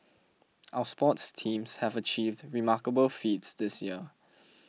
our sports teams have achieved remarkable feats this year